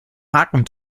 haken